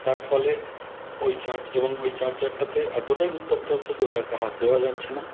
তার ফলে ঐ চার্জ এবং ঐ চার্জারটাতে এতটাই উত্তপ্ত হচ্ছে যে ওটাকে হাত দেওয়া যাচ্ছে না